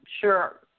sure